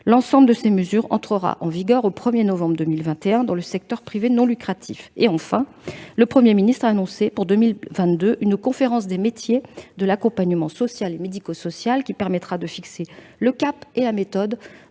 L'ensemble de ces mesures entrera en vigueur au 1 novembre 2021 dans le secteur privé non lucratif. Enfin, le Premier ministre a annoncé, pour 2022, une conférence des métiers de l'accompagnement social et médico-social, qui permettra de fixer le cap et la méthode,